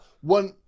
one